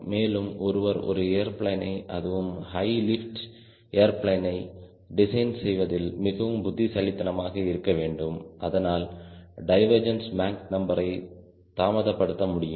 மேலும் ஒருவர் ஒரு ஏர்பிளேனை அதுவும் ஹை ஸ்பீட் ஏர்பிளேனை டிசைன் செய்வதில் மிகவும் புத்திசாலித்தனமாக இருக்க வேண்டும் அதனால் டைவர்ஜென்ஸ் மாக் நம்பரை தாமதப்படுத்த முடியும்